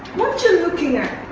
what your looking at